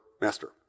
master